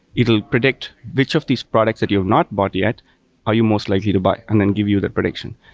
it will predict which of these products that you not bought yet are you most likely to buy, and then give you that prediction.